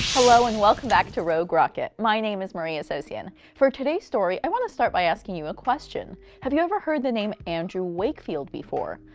hello, and welcome back to rogue rocket. my name is maria sosyan. for today's story, i wanna start by asking you a question. have you ever heard the name andrew wakefield before?